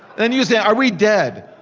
then you say are we dead?